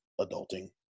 adulting